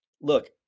look